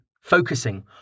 focusing